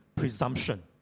presumption